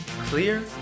clear